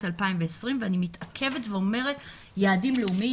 2020. אני מתעכבת ואומרת "יעדים לאומיים".